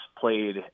played